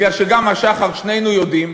כי גם השח"ר, שנינו יודעים